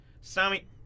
Sammy